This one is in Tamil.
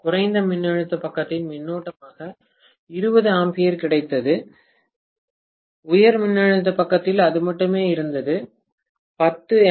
குறைந்த மின்னழுத்த பக்கத்தில் மின்னோட்டமாக 20 A கிடைத்தது உயர் மின்னழுத்த பக்கத்தில் அது மட்டுமே இருந்தது 10 ஏ